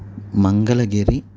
Mangalagiri